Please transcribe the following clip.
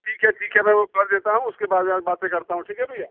ठीक है ठीक है मैं वो कर देता हूँ उसके बाद मैं बातें करता हूँ ठीक है भैया